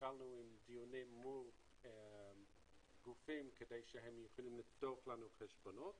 התחלנו בדיונים מול גופים כדי שיוכלו לפתוח לנו חשבונות